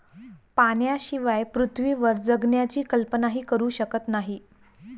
पाण्याशिवाय पृथ्वीवर जगण्याची कल्पनाही करू शकत नाही